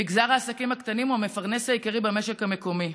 מגזר העסקים הקטנים הוא המפרנס העיקרי במשק המקומי,